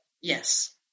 yes